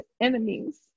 enemies